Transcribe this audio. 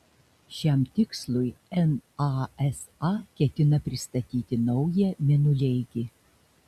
šiam tikslui nasa ketina pristatyti naują mėnuleigį